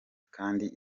kandi